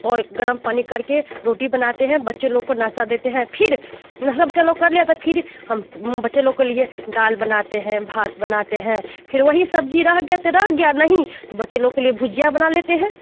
और गरम पानी करके रोटी बनाते हैं बच्चे लोग को नाश्ता देते हैं फिर नाश्ता बच्चा लोग कर लिया तो फिर हम बच्चे लोग के लिए दाल बनाते हैं भात बनाते हैं फिर वही सब्जी रह गया तो रह गया नहीं तो बच्चे लोग के लिए भुजिया बना लेते हैं